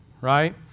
Right